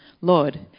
Lord